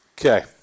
Okay